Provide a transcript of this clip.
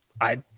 I